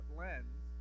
lens